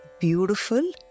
beautiful